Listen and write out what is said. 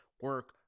Work